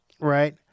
Right